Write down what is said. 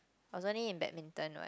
I was only in badminton what